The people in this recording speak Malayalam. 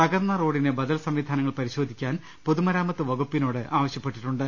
തകർന്ന റോഡിന് ബദൽ സംവിധാനങ്ങൾ പരിശോദിക്കാൻ പൊതു മരാമത്ത് വകുപ്പിനോട് ആവശ്യപ്പെട്ടിട്ടുണ്ട്